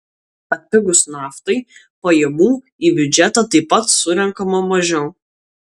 atpigus naftai pajamų į biudžetą taip pat surenkama mažiau